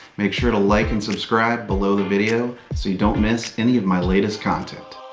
make sure to like and subscribe below the video so you don't miss any of my latest content.